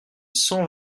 cent